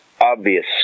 obvious